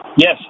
Yes